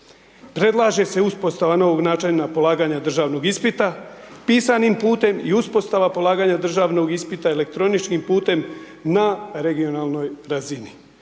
Predlaže se uspostava novog načina polaganja državnog ispita, pisanim putem i uspostava polaganja državnog ispita elektroničkim putem na regionalnoj razini.